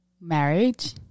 marriage